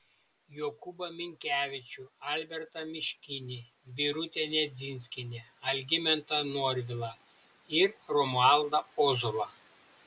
jokūbą minkevičių albertą miškinį birutę nedzinskienę algimantą norvilą ir romualdą ozolą